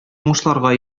уңышларга